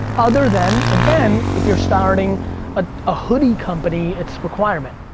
other than, again, if you're starting a ah hoodie company it's requirement.